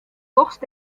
dochst